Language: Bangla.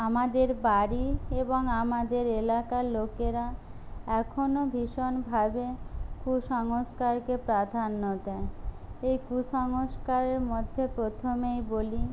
আমাদের বাড়ি এবং আমাদের এলাকার লোকেরা এখনও ভীষণভাবে কুসংস্কারকে প্রাধান্য দেয় এই কুসংস্কারের মধ্যে প্রথমেই বলি